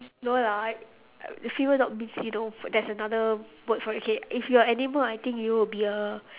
no lah the female dog means you know there's another word for it okay if you are an animal I think you will be a